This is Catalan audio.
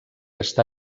està